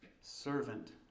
servant